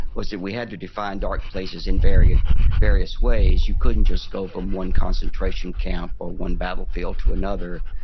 was that we had to define dark places in various various ways. you couldn't just go from one concentration camp or one battlefield to another.